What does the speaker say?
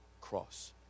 cross